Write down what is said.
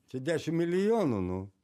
čia dešim milijonų nu